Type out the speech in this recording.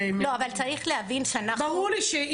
לא, אבל צריך להבין את הפניות.